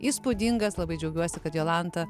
įspūdingas labai džiaugiuosi kad jolanta